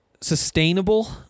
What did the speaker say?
sustainable